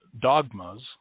dogmas